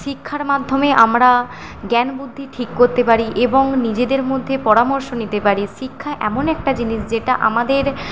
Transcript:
শিক্ষার মাধ্যমে আমরা জ্ঞানবুদ্ধি ঠিক করতে পারি এবং নিজেদের মধ্যে পরামর্শ নিতে পারি শিক্ষা এমন একটা জিনিস যেটা আমাদের